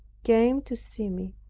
came to see me,